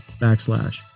backslash